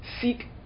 seek